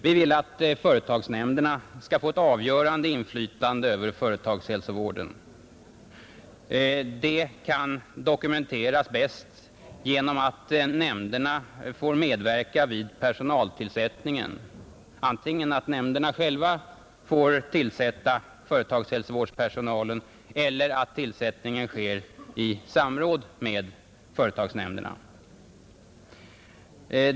Vi vill att företagsnämnderna skall få avgörande inflytande över företagshälsovården. Detta kan bäst dokumenteras genom att nämnderna får medverka vid personaltillsättningen, antingen så att nämnderna själva får tillsätta företagshälsovårdspersonalen eller så att tillsättningen sker i samråd med företagsnämnderna.